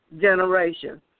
generation